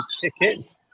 tickets